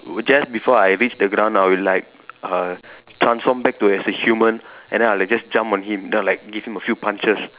just before I reach the ground I'll like uh transform back to as a human and I'll like just jump on him then I'll like give him a few punches